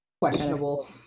Questionable